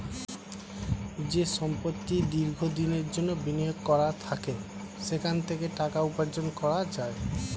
যে সম্পত্তি দীর্ঘ দিনের জন্যে বিনিয়োগ করা থাকে সেখান থেকে টাকা উপার্জন করা যায়